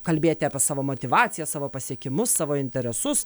kalbėti apie savo motyvaciją savo pasiekimus savo interesus